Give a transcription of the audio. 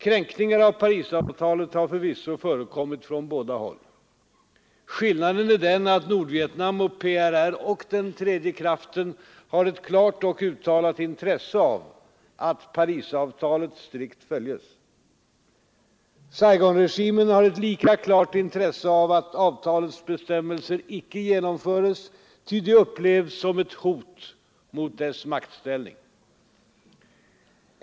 Kränkningar av Parisavtalet har förvisso förekommit från båda håll. Skillnaden är den att Nordvietnam och PRR och den tredje kraften har ett klart och uttalat intresse av att Parisavtalet strikt följs. Saigonregimen har ett lika klart intresse av att avtalets bestämmelser icke genomförs, ty det upplevs som ett hot mot dess maktställning.